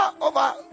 over